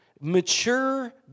mature